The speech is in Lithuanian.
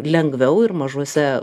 lengviau ir mažuose